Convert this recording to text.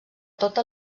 tota